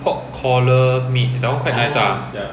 pork collar meat that one quite nice lah